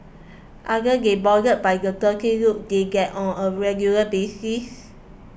aren't they bothered by the dirty looks they get on a regular basis